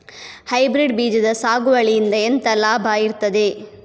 Hybrid ಬೀಜದ ಸಾಗುವಳಿಯಿಂದ ಎಂತ ಲಾಭ ಇರ್ತದೆ?